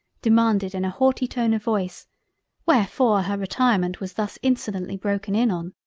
demanded in a haughty tone of voice wherefore her retirement was thus insolently broken in on?